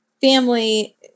family